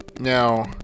Now